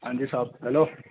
ہاں جی صاحب ہلو